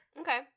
Okay